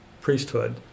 priesthood